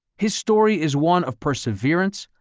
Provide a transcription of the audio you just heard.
his story is one of perseverance,